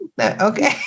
Okay